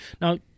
Now